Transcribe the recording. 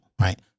Right